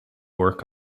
work